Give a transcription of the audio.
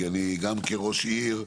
כי אני גם כראש עיר,